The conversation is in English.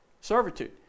servitude